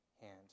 hand